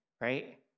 right